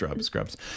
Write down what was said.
scrubs